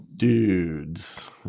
Dudes